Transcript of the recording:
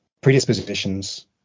predispositions